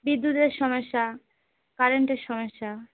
বিদ্যুতের সমস্যা কারেন্টের সমস্যা